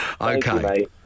Okay